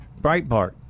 Breitbart